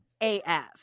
af